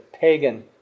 pagan